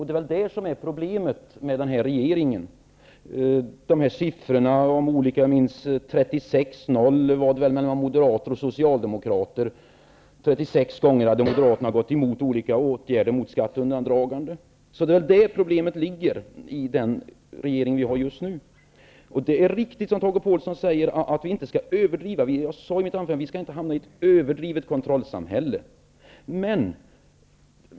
Det är väl det som är problemet med den här regeringen. Om jag minns rätt hade moderaterna 36 gånger gått emot åtgärder mot skatteundandragande enligt de siffror som redovisades. Det är där problemet ligger med den regering vi har just nu. Det är riktigt, som Tage Pålsson säger, att vi inte skall överdriva. Jag sade i mitt anförande att vi inte skall hamna i ett överdrivet kontrollsamhälle.